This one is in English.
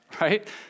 right